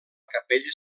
capella